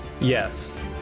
Yes